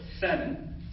seven